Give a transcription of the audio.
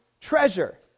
treasure